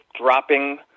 dropping